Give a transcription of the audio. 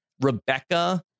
Rebecca